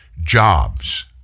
jobs